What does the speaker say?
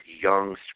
young